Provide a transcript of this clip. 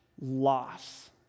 loss